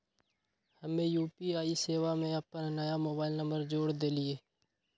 हम्मे यू.पी.आई सेवा में अपन नया मोबाइल नंबर जोड़ देलीयी